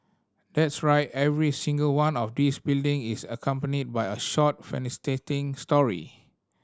that's right every single one of these building is accompanied by a short fascinating story